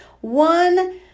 one